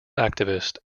activist